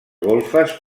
golfes